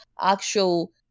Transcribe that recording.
actual